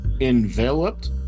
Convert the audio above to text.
Enveloped